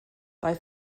bei